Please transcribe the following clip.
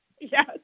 Yes